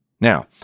Now